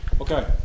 Okay